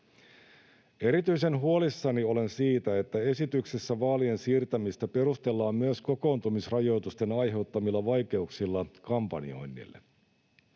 Erityisen huolissani olen siitä, että esityksessä vaalien siirtämistä perustellaan myös kokoontumisrajoitusten aiheuttamilla vaikeuksilla kampanjoinnille.